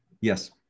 yes